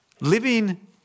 living